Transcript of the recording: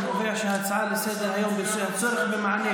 אני קובע שההצעה לסדר-היום בנושא: הצורך במענה